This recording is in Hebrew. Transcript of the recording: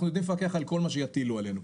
אנחנו יודעים לפקח על כל מה שיטילו עלינו.